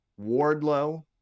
Wardlow